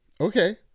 Okay